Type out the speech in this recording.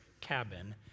cabin